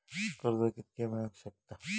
कर्ज कितक्या मेलाक शकता?